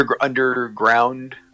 underground